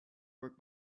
work